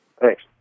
Thanks